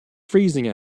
freezing